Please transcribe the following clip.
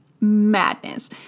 madness